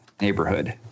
neighborhood